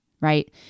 right